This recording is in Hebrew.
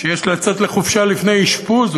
שיש לצאת לחופשה לפני אשפוז.